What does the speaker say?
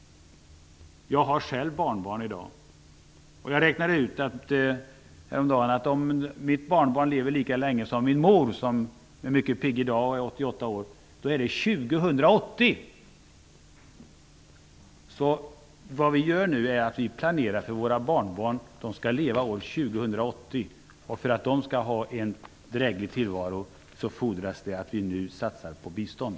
Min mor är 88 år och mycket pigg. Om mitt barnbarn lever lika länge som min mor är vi framme vid år 2080. Det räknade jag ut häromdagen. Vi planerar nu för våra barnbarn. De skall leva år 2080. För att de skall ha en dräglig tillvaro fordras det att vi satsar på bistånd.